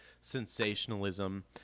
sensationalism